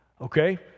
Okay